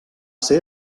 ser